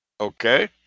okay